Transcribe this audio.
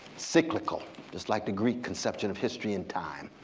cyclical just like the greek conception of history and time.